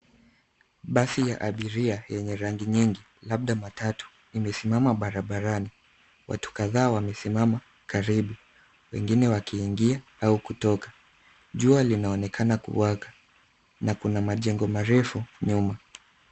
Basi ya abiria lenye rangi nyingi, labda matatu, limesimama barabarani. Watu kadhaa wamesimama karibu, wengine wakiingia au kutoka. Jua linaonekana kuwaka, na kuna majengo marefu nyuma.